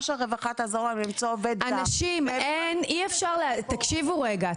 שהרווחה תעזור להם למצוא עובד זר --- תקשיבו רגע.